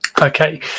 Okay